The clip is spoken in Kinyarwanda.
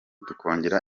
tukongera